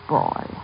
boy